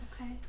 Okay